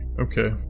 Okay